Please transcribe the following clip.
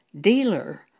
dealer